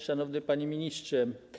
Szanowny Panie Ministrze!